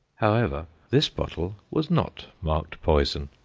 however, this bottle was not marked poison,